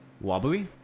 wobbly